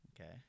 Okay